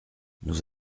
nous